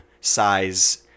size